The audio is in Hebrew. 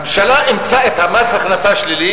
הממשלה אימצה את מס ההכנסה השלילי